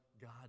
God